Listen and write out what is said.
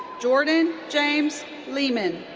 jorden james lehmin.